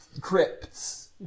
Crypts